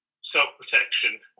self-protection